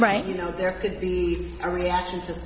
right you know there could be a reaction